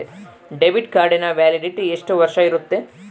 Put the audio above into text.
Debit ಕಾರ್ಡಿನ validity ಎಷ್ಟು ವರ್ಷ ಇರುತ್ತೆ?